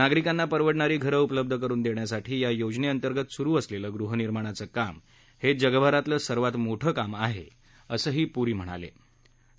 नागरिकांना परवडणारी घरं उपलब्ध करून देण्यासाठी या योजनेअंतर्गत सुरु असलेलं गृहनिर्माणाचं काम हे जगभरातलं सर्वात मोठं काम आहे असंही प्री यांनी म्हटलं आहे